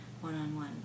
one-on-one